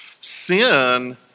Sin